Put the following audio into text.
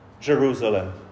Jerusalem